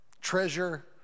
treasure